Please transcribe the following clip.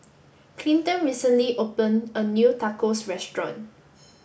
Cinton recently opened a new Tacos Restaurant